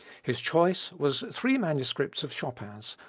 his choice was three manuscripts of chopin's,